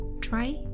Try